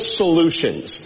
solutions